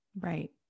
Right